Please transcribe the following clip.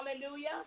Hallelujah